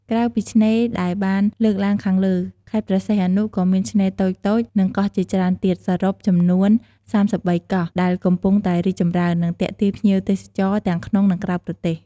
ក្រៅពីឆ្នេរដែលបានលើកឡើងខាងលើ ខេត្តព្រះសីហនុក៏មានឆ្នេរតូចៗ និងកោះជាច្រើនទៀតសរុបចំនួន ៣៣ កោះដែលកំពុងតែរីកចម្រើន និងទាក់ទាញភ្ញៀវទេសចរទាំងក្នុងនិងក្រៅប្រទេស។